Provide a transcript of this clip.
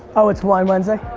oh, it's wine wednesday.